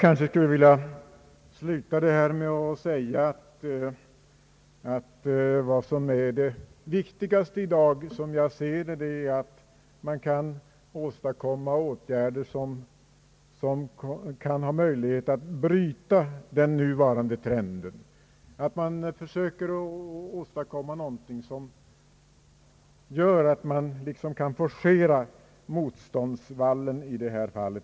Avslutningsvis vill jag säga att det viktigaste i dag — som jag ser det — är att man kan åstadkomma åtgärder som gör det möjligt att bryta den nuvarande trenden och att man försöker åstadkomma någonting som forcerar motståndsvallen i detta fall.